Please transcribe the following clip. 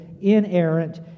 inerrant